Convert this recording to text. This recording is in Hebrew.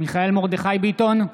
מיכאל מרדכי ביטון,